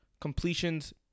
completions